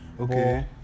Okay